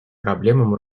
проблемам